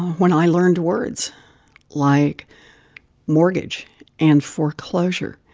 when i learned words like mortgage and foreclosure